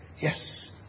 yes